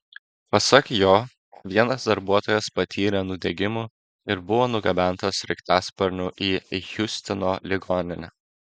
pasak jo vienas darbuotojas patyrė nudegimų ir buvo nugabentas sraigtasparniu į hjustono ligoninę